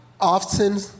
often